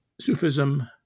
Sufism